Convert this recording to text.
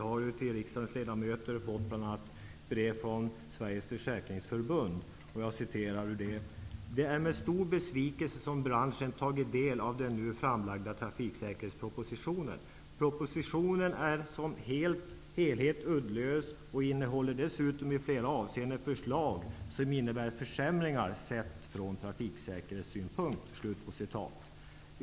Vi riksdagsledamöter har fått brev bl.a. från Sveriges försäkringsförbund. Där skriver man: Det är med stor besvikelse som branschen har tagit del av den nu framlagda trafiksäkerhetspropositionen. Propositionen är som helhet uddlös och innehåller dessutom i flera avseenden förslag som innebär försämringar sett från trafiksäkerhetssynpunkt.